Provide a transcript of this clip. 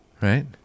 Right